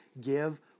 give